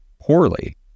poorly